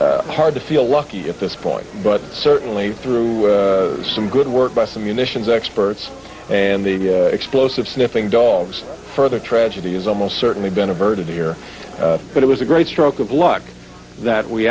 hard to feel lucky at this point but certainly through some good work by some munitions experts and the explosive sniffing dogs further tragedy is almost certainly been averted here but it was a great stroke of luck that we